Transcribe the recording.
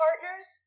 partners